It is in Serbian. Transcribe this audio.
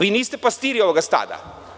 Vi niste pastiri ovoga stada.